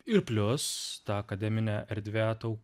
ir plius ta akademinė erdvė tau